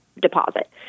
deposit